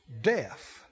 death